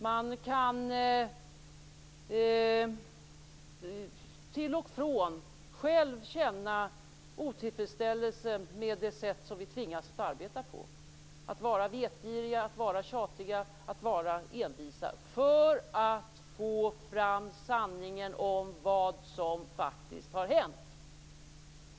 Jag kan till och från själv känna otillfredsställelse med det sätt som vi tvingas att arbeta på, att vara vetgirig, tjatig och envis, för att få fram sanningen om vad som faktiskt hänt.